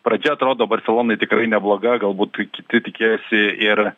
pradžia atrodo barselonoj tikrai nebloga galbūt kiti tikėjosi ir